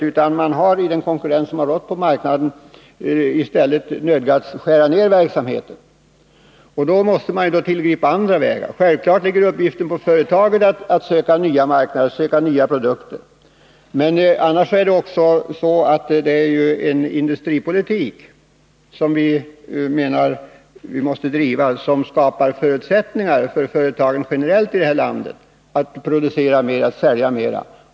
I stället har man till följd av konkurrensen på marknaden nödgats skära ned verksamheten. Då måste andra åtgärder tillgripas. Självfallet åligger det företaget att söka nya marknader och nya produkter. Men vi måste ha en industripolitik som skapar förutsättningar för företagen generellt i det här landet när det gäller att producera mera och att sälja mera.